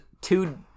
two